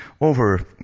over